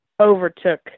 overtook